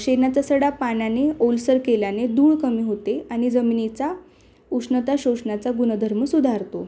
शेणाचा सडा पाण्याने ओलसर केल्याने धूळ कमी होते आणि जमिनीचा उष्णता शोषण्याचा गुणधर्म सुधारतो